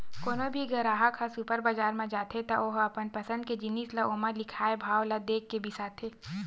कोनो भी गराहक ह सुपर बजार म जाथे त ओ ह अपन पसंद के जिनिस ल ओमा लिखाए भाव ल देखके बिसाथे